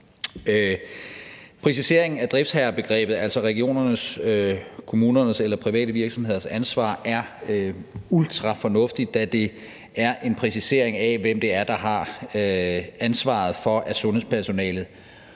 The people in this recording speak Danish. Præcisering af driftsherrebegrebet, altså regionernes, kommunernes eller private virksomheders ansvar, er ultrafornuftigt, da det er en præcisering af, hvem det er, der har ansvaret for, at sundhedspersonalet